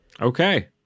Okay